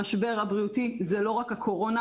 המשבר הבריאותי זה לא רק הקורונה,